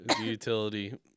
Utility